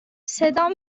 صدام